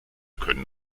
können